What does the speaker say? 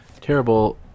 terrible